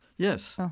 yes.